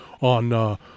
on